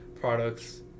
products